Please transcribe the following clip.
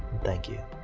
thank you.